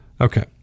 Okay